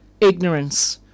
ignorance